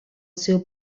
seu